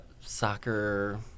soccer